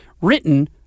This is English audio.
written